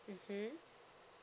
mmhmm